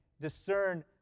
discern